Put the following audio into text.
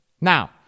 Now